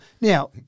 Now